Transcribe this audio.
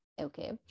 okay